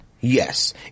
yes